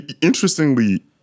Interestingly